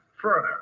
Further